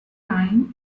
line